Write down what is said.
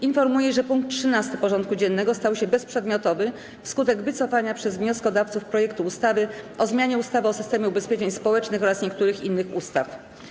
Informuję, że punkt 13. porządku dziennego stał się bezprzedmiotowy wskutek wycofania przez wnioskodawców projektu ustawy o zmianie ustawy o systemie ubezpieczeń społecznych oraz niektórych innych ustaw.